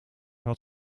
had